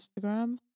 Instagram